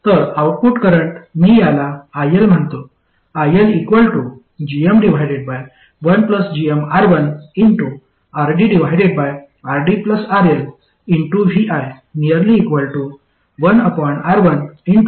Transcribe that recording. तर output current मी याला iL म्हणतो iLgm1gmR1RDRDRLvi RDRDRL